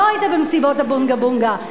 לא היית במסיבות הבונגה-בונגה,